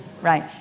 Right